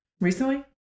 recently